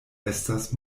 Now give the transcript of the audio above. estas